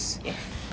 yes